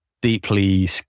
deeply